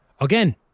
Again